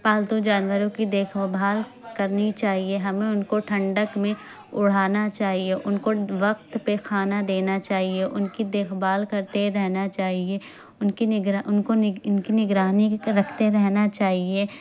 پالتو جانوروں کی دیکھ و بھال کرنی چاہیے ہمیں ان کو ٹھنڈک میں اوڑھانا چاہیے ان کو وقت پہ کھانا دینا چاہیے ان کی دیکھ بھال کرتے رہنا چاہیے اُن کی نگرا ان کی نگرانی رکھتے رہنا چاہیے